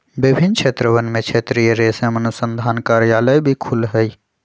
विभिन्न क्षेत्रवन में क्षेत्रीय रेशम अनुसंधान कार्यालय भी खुल्ल हई